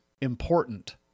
important